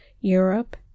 Europe